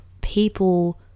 people